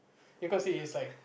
because he is like